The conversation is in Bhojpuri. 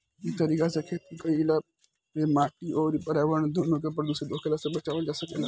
इ तरीका से खेती कईला पे माटी अउरी पर्यावरण दूनो के प्रदूषित होखला से बचावल जा सकेला